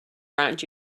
round